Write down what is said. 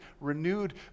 renewed